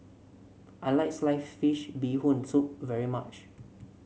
I like Sliced Fish Bee Hoon Soup very much